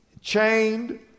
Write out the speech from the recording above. chained